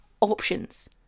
options